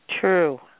True